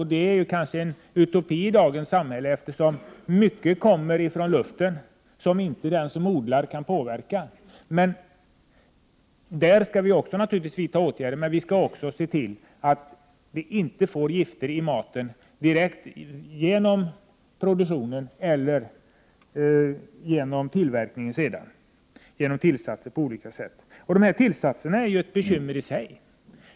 Men det är kanske en utopi i dagens samhälle, eftersom luften i stor utsträckning bidrar till försämringar. Odlaren kan således inte påverka i det avseendet. Även på den punkten behövs det åtgärder. Men vi måste också se till att maten inte tillförs gifter direkt vid produktionen eller senare genom olika tillsatser. Tillsatserna är ett bekymmer i sig.